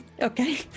Okay